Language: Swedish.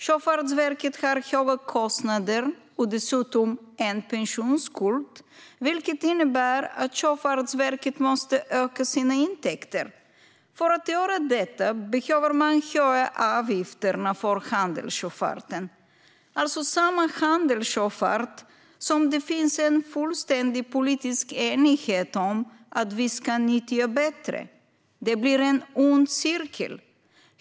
Sjöfartsverket har höga kostnader och dessutom en pensionsskuld, vilket innebär att Sjöfartsverket måste öka sina intäkter. För att göra detta behöver man höja avgifterna för handelssjöfarten. Detta är alltså samma handelssjöfart som det finns en fullständig politisk enighet om att vi ska nyttja bättre. Det blir en ond cirkel.